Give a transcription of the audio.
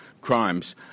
crimes